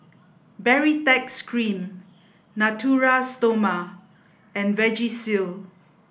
baritex cream Natura Stoma and Vagisil